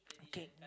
okay